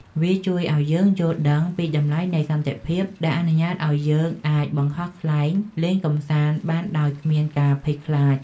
វាជួយឱ្យយើងយល់ដឹងពីតម្លៃនៃសន្តិភាព ដែលអនុញ្ញាតឱ្យយើងអាចបង្ហោះខ្លែងលេងកម្សាន្តបានដោយគ្មានការភ័យខ្លាច។